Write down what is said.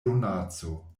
donaco